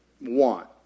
want